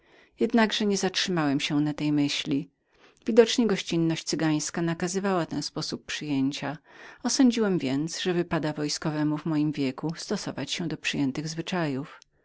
wisielcami jednakże nie zatrzymałem się na tej myśli mniemałem że gościnność cygańska nakazywała ten sposób przyjęcia i że niewypadało na wojskowego w moim wieku nie stosować się do raz przyjętych zwyczajów